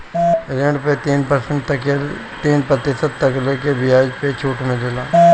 ऋण पे तीन प्रतिशत तकले के बियाज पे छुट मिलेला